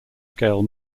scale